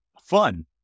fun